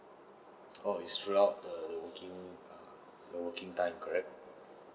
oh it's throughout the working err the working time correct